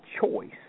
choice